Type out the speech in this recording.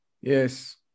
yes